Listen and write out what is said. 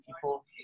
people